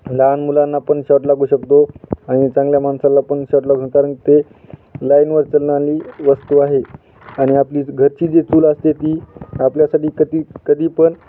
लहान मुलांना पण शॉक लागू शकतो आणि चांगल्या माणसाला पण शॉक लागून कारण ते लाईनवर चालणारी वस्तू आहे आणि आपली घरची जी चूल असते ती आपल्यासाठी कधी कधी पण